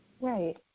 Right